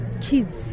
kids